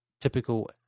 typical